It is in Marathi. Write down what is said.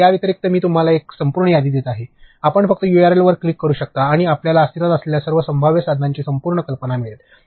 तर याव्यतिरिक्त मी तुम्हाला एक संपूर्ण यादी देत आहे आपण फक्त यूआरएलवर क्लिक करू शकता आणि आपल्याला अस्तित्वात असलेल्या सर्व संभाव्य साधनांची संपूर्ण कल्पना मिळेल